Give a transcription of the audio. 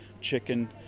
chicken